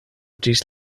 ĝis